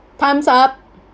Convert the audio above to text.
thumbs up